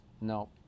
no